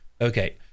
Okay